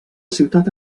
ciutat